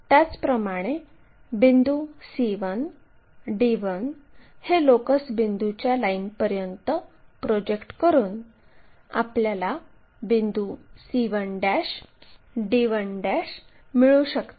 त्याचप्रमाणे बिंदू c1 d1 हे लोकस बिंदूच्या लाईनपर्यंत प्रोजेक्ट करून आपल्याला बिंदू c1' आणि d1' मिळू शकतात